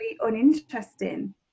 uninteresting